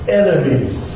enemies